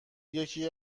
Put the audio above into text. یکی